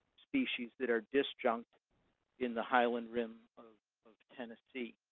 species that are disjunct in the highland rim of of tennessee.